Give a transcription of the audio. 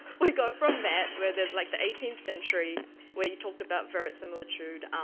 we go from matt, where there's like the eighteenth century where you talked about verisimilitude,